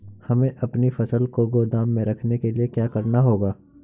हमें अपनी फसल को गोदाम में रखने के लिये क्या करना होगा?